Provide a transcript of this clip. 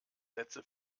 sätze